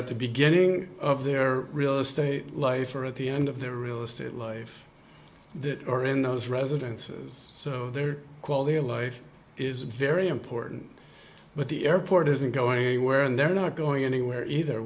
at the beginning of their real estate life or at the end of the real estate life or in those residences so their quality of life is very important but the airport isn't going anywhere and they're not going anywhere either